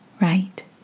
right